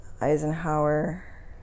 Eisenhower